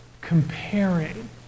comparing